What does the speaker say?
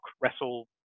wrestle